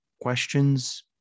questions